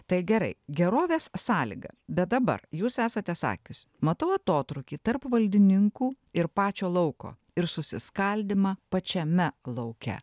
tai gerai gerovės sąlyga bet dabar jūs esate sakiusi matau atotrūkį tarp valdininkų ir pačio lauko ir susiskaldymą pačiame lauke